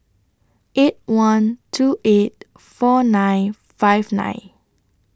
eight one two eight four nine five nine